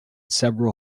several